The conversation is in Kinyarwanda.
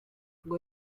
ngo